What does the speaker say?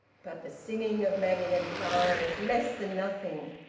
but the singing of maggie and clara was less than nothing,